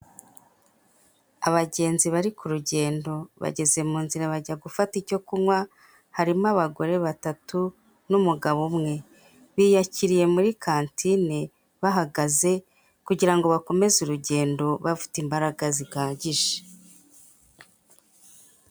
Abagenzi bari ku rugendo, bageze mu nzira bajya gufata icyo kunywa, harimo abagore batatu n'umugabo umwe. Biyakiriye muri kantine bahagaze kugira ngo bakomeze urugendo bafite imbaraga zihagije.